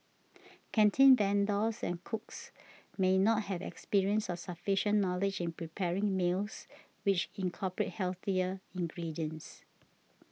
canteen vendors and cooks may not have experience or sufficient knowledge in preparing meals which incorporate healthier ingredients